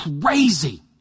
crazy